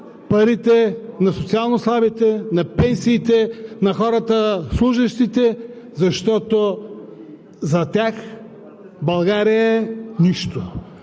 парите на социално слабите, на пенсиите, на хората, на служещите, защото за тях България е нищо,